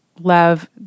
love